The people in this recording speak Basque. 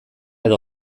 edo